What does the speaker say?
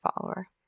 follower